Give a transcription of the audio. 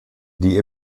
die